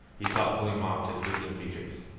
he thoughtfully mopped his reeking features.